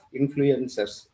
influencers